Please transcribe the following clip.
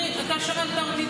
אתה שאלת אותי,